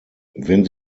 wenn